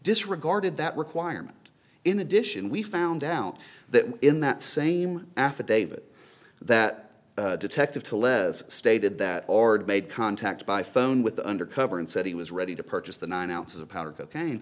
disregarded that requirement in addition we found out that in that same affidavit that detective to lead stated that made contact by phone with the undercover and said he was ready to purchase the nine ounces of powder